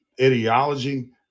ideology